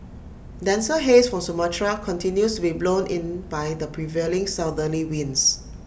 denser haze from Sumatra continues to be blown in by the prevailing southerly winds